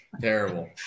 terrible